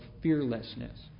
fearlessness